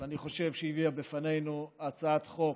אני חושב שהיא הביאה בפנינו הצעת חוק